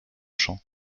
champs